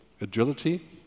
agility